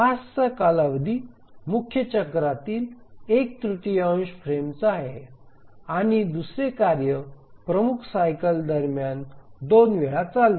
टास्कचा कालावधी मुख्य चक्रातील एक तृतीयांश फ्रेमचा आहे आणि दुसरे कार्य प्रमुख सायकल दरम्यान 2 वेळा चालते